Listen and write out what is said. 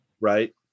Right